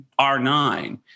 R9